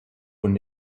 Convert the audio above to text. von